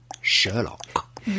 Sherlock